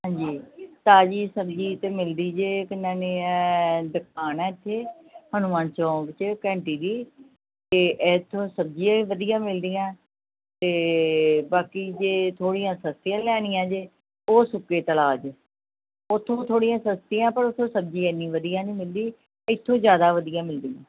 ਹਾਂਜੀ ਤਾਜ਼ੀ ਸਬਜ਼ੀ ਤਾਂ ਮਿਲਦੀ ਜੇ ਅਤੇ ਮੈਨੇ ਦਿਖਾਉਣਾ ਇੱਥੇ ਹਨੂੰਮਾਨ ਚੌਂਕ 'ਚ ਘੰਟੀ ਜੀ ਅਤੇ ਇੱਥੋਂ ਸਬਜ਼ੀਆਂ ਵੀ ਵਧੀਆ ਮਿਲਦੀਆਂ ਅਤੇ ਬਾਕੀ ਜੇ ਥੋੜ੍ਹੀਆਂ ਸਸਤੀਆਂ ਲੈਣੀਆਂ ਜੇ ਉਹ ਸੁੱਕੇ ਤਲਾਅ ਤੋਂ ਉੱਥੋਂ ਥੋੜ੍ਹੀਆਂ ਸਸਤੀਆਂ ਪਰ ਉੱਥੋਂ ਸਬਜ਼ੀ ਇੰਨੀ ਵਧੀਆ ਨਹੀਂ ਮਿਲਦੀ ਇੱਥੋਂ ਜ਼ਿਆਦਾ ਵਧੀਆ ਮਿਲਦੀਆਂ